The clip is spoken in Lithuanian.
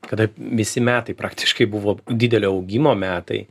kada visi metai praktiškai buvo didelio augimo metai